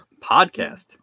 Podcast